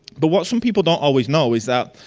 but what some people don't always know is that.